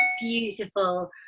beautiful